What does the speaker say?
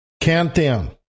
Countdown